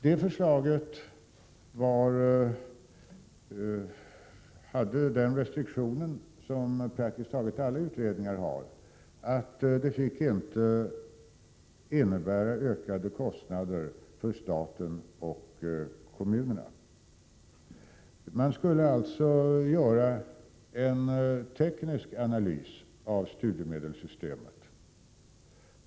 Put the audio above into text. Den utredningen hade samma restriktion som praktiskt taget alla utredningar har, nämligen att förslag inte fick innebära ökade kostnader för staten och kommunerna. Man skulle alltså göra en teknisk analys av studiemedelssystemet.